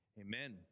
amen